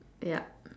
ya